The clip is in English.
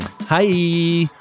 Hi